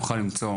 נוכל למצוא